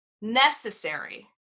necessary